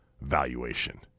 valuation